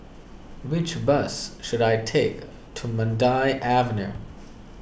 which bus should I take to Mandai Avenue